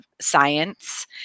science